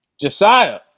Josiah